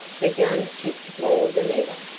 the gun kicked more than ever,